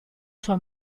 sua